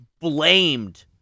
blamed